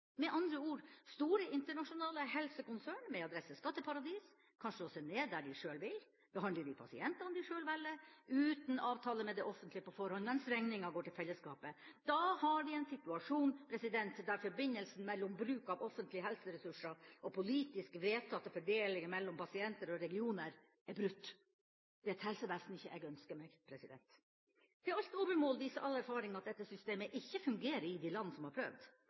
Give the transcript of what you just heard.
Med andre ord: Store internasjonale helsekonsern med adresse skatteparadis kan slå seg ned der de sjøl vil, behandle de pasientene de sjøl velger, uten avtale med det offentlige på forhånd, mens regninga går til fellesskapet. Da har vi en situasjon der forbindelsen mellom bruk av offentlige helseressurser og politisk vedtatte fordelinger mellom pasienter og regioner er brutt. Det er et helsevesen jeg ikke ønsker meg. Til alt overmål viser all erfaring at dette systemet ikke fungerer i de land som har prøvd.